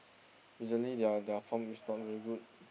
recently their their form is not very good